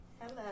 Hello